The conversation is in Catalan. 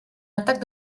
atac